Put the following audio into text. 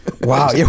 Wow